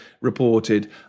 reported